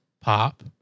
pop